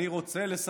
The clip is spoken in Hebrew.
אני רוצה לסיים,